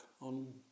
on